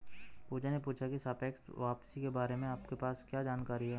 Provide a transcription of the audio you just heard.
पूजा ने पूछा की सापेक्ष वापसी के बारे में आपके पास क्या जानकारी है?